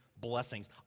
blessings